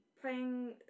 playing